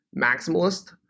maximalist